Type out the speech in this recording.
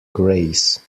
grace